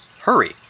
Hurry